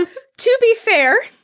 to be fair,